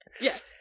yes